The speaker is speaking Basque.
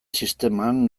sisteman